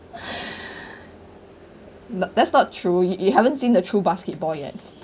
no that's not true you you haven't seen the true basketball yet